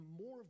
more